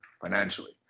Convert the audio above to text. financially